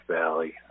Valley